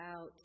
out